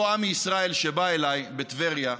אותו עמי ישראל שבא אליי בטבריה,